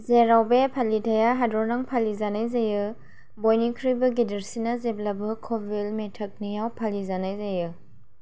जेराव बे फालिथाइया हादरनां फालिजानाय जायो बयनिख्रुइबो गेदेरसिना जेब्लाबो क'विल मेटागनेआव फालिजानाय जायो